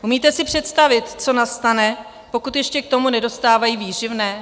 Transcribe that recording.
Umíte si představit, co nastane, pokud ještě k tomu nedostávají výživné?